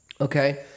Okay